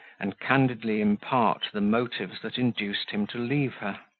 and candidly impart the motives that induced him to leave her.